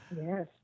Yes